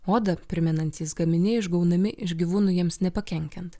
odą primenantys gaminiai išgaunami iš gyvūnų jiems nepakenkiant